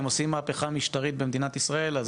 אם עושים מהפכה משטרית במדינת ישראל אז